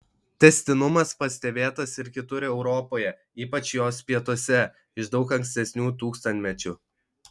tęstinumas pastebėtas ir kitur europoje ypač jos pietuose iš daug ankstesnių tūkstantmečių